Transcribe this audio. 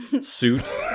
suit